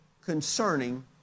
concerning